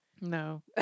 No